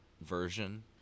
version